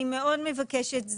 אני מאוד מבקשת,